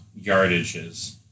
yardages